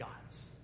gods